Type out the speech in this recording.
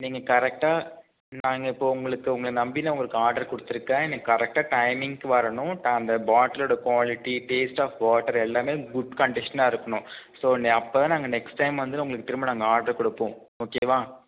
நீங்கள் கரெக்ட்டாக நாங்கள் இப்போது உங்களுக்கு உங்களை நம்பி உங்களுக்கு ஆர்டர் கொடுத்துருக்கேன் நீங்கள் கரெக்ட்டாக டைமிங்க்கு வரணும் அந்த பாட்டில்லோடய குவாலிட்டி டேஸ்ட் ஆஃப் வாட்டர் எல்லாமே குட் கண்டிஷன்னாக இருக்கணும் ஸோ அப்போ தான் நாங்கள் நெக்ஸ்ட் டைம் வந்து உங்களுக்கு திரும்ப நாங்கள் ஆர்டர் கொடுப்போம் ஓகேவா